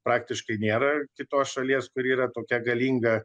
praktiškai nėra kitos šalies kuri yra tokia galinga